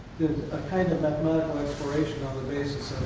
did a kind of mathematical exploration on the basis